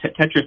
Tetris